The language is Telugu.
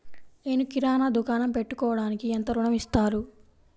నేను కిరాణా దుకాణం పెట్టుకోడానికి ఎంత ఋణం ఇస్తారు?